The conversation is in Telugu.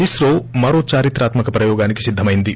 ఇస్రో మరో చారిత్రాత్క క ప్రయోగానికి సిద్దమెంది